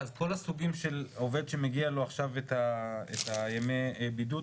אז כל הסוגים של עובד שמגיע לו עכשיו את ימי הבידוד,